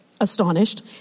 astonished